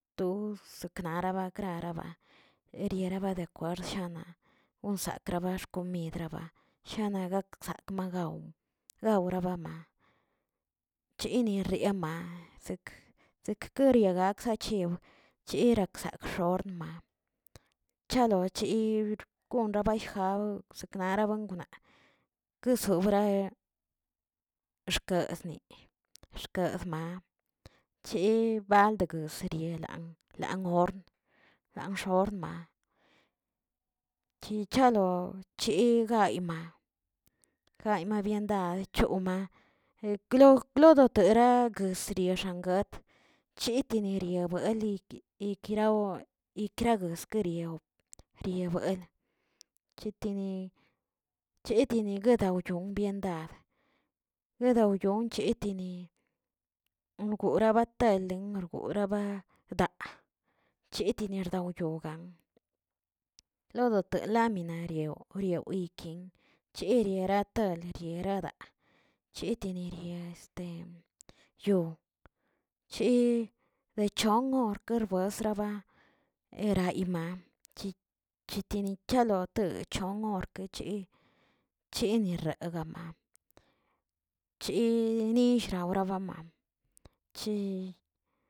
To seknara baknaraba eriera badekwarshan onsakrabaxkot midraba jana gaksaa magaw gawrabama, chini riema sek- sekeriaga jachiew chirakzakxogma chalo chib gonrrabaijab seknara baangmaꞌa kesobrahe xkesꞌni, xkaabma, chi baldegoz yelan lan gorn, dan forma, chi chalo chi gayꞌ, gaymabiendad kioma klog klodoteba aguesrianshagat chitini yebuelike nikiraw nikiraws keriorriw riabuel, chitini chitini guedawyoo byendad, guedawyoon chetini rgorabatenlin rgoraba taa, cheteni rdaw yoo lodo telaminarew orwnike chiriare to rieradaa chitini ria yoo chi de chonnon guebuesraba erayima chit chitini chalo techonorgke ch- chiregamma chinishrarama chi.